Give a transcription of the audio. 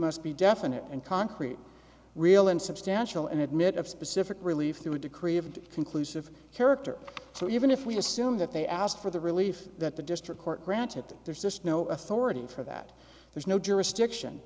must be definite and concrete real and substantial and admit of specific relief through a decree of conclusive character so even if we assume that they asked for the relief that the district court granted them there's just no authority for that there's no jurisdiction